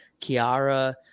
Kiara